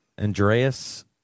Andreas